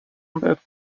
بهت